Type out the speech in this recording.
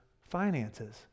finances